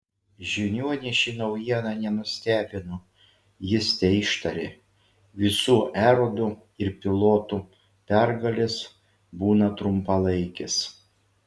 žiniuonį ši naujiena nenustebino jis teištarė visų erodų ir pilotų pergalės būna trumpalaikės